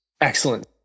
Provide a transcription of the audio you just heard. Excellent